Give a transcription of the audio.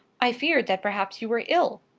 i feared that perhaps you were ill!